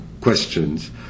questions